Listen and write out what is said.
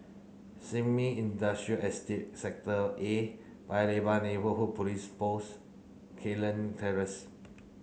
Sin Ming Industrial Estate Sector A Paya Lebar Neighbourhood Police Post Terrace